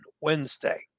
Wednesday